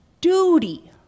duty